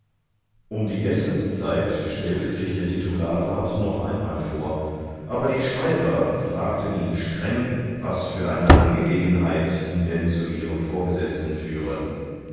um die essenszeit stellte sich der titularrat noch einmal vor aber die schreiber fragten ihn streng was für eine angelegenheit ihn denn zu ihrem vorgesetzten führe